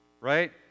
right